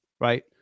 right